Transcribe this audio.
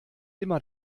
immer